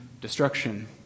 destruction